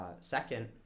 Second